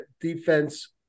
defense